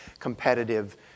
competitive